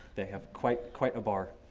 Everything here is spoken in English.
they have quite, quite a bar.